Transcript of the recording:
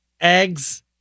eggs